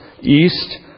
east